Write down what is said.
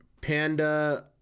Panda